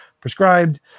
prescribed